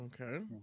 Okay